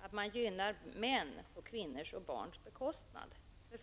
att socialdemokraterna gynnar män på kvinnors och barns bekostnad.